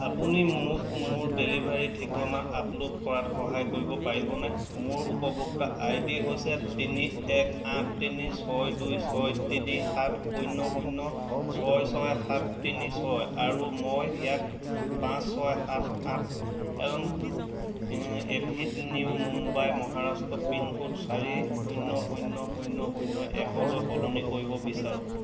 আপুনি মোক মোৰ ডেলিভাৰী ঠিকনা আপলড কৰাত সহায় কৰিব পাৰিবনে মোৰ উপভোক্তা আইডি হৈছে তিনি এক আঠ তিনি ছয় দুই ছয় তিনি সাত শূন্য শূন্য ছয় ছয় সাত তিনি ছয় আৰু মই ইয়াক পাঁচ ছয় সাত আঠ Elm Avenue Mumbai Maharashtra pin code চাৰি শূন্য শূন্য শূন্য শূন্য একলৈ সলনি কৰিব বিচাৰোঁ